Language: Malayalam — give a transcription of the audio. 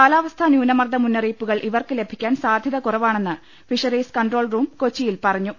കാലാവസ്ഥാ ന്യൂനമർദ്ദ മുന്നറിയിപ്പുകൾ ഇവർക്ക് ലഭി ക്കാൻ സാധ്യത കുറവാണെന്ന് ഫിഷറീസ് കൺട്രോൾ റൂം കൊച്ചിയിൽ പറഞ്ഞു